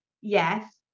Yes